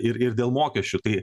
ir ir dėl mokesčių tai